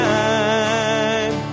time